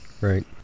Right